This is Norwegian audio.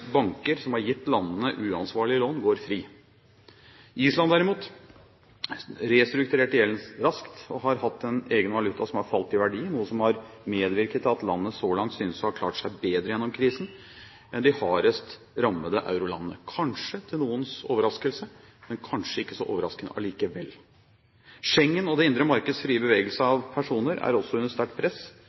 banker som har gitt landene uansvarlige lån, går fri. Island, derimot, restrukturerte gjelden raskt, og har hatt en egen valuta som har falt i verdi, noe som har medvirket til at landet så langt synes å ha klart seg bedre gjennom krisen enn de hardest rammede eurolandene – kanskje til noens overraskelse, men kanskje ikke så overraskende allikevel. Schengen og det indre markeds frie bevegelse av personer er også under sterkt press.